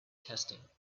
testing